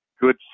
good